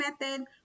method